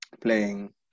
Playing